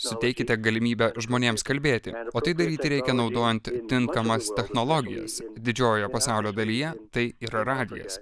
suteikite galimybę žmonėms kalbėti o tai daryti reikia naudojant tinkamas technologijas didžiojoje pasaulio dalyje tai yra radijas